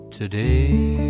today